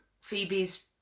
Phoebe's